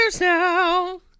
now